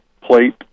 plate